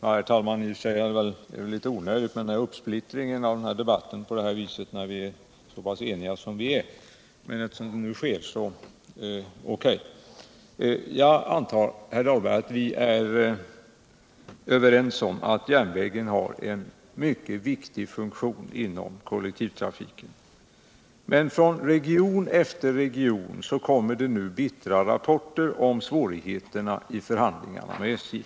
Herr talman! Det är väl litet onödigt med uppsplittringen av debatten när vi nu är så pass eniga, men låt gå för det. Jag antar, herr talman, att vi är överens om att järnvägen har en mycket viktig funktion inom kollektivtrafiken. Men från region efter region kommer nu rapporter om svårigheter i förhandlingarna med SJ.